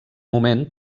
moment